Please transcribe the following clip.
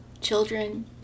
children